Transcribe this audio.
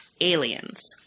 aliens